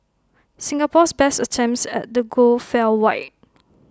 Singapore's best attempts at the goal fell wide